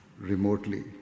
remotely